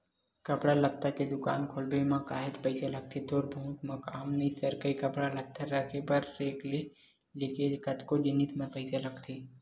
कपड़ा लत्ता के दुकान खोलब म काहेच पइसा लगथे थोर बहुत म काम नइ सरकय कपड़ा लत्ता रखे बर रेक ले लेके कतको जिनिस म पइसा लगथे